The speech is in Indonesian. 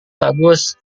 bagus